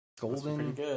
Golden